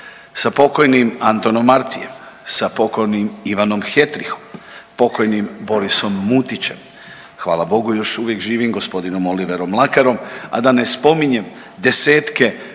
Sa pokojnim Antonom Martijem, sa pokojim Ivanom Hetrichom, pokojnim Borisom Mutićem, hvala Bogu još uvijek živim gospodinom Oliverom Mlakarom, a da ne spominjem desetke